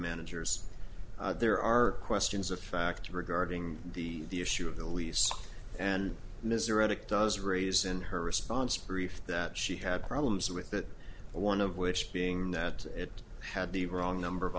managers there are questions of fact regarding the issue of the lease and misery tick does raise in her response brief that she had problems with that one of which being that it had the wrong number of